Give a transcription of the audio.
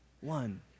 one